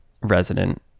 resident